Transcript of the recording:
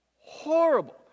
horrible